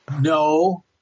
No